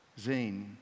zine